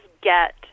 get